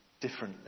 differently